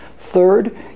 Third